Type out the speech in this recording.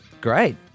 Great